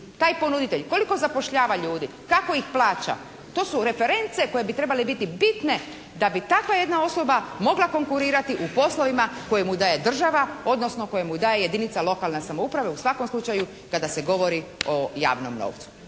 Taj ponuditelj koliko zapošljava ljudi? Kako ih plaća? To su reference koje bi trebale biti bitne da bi takva jedna osoba mogla konkurirati u poslovima koje mu daje država odnosno koje mu daje jedinica lokalne samouprave. U svakom slučaju kada se govori o javnom novcu.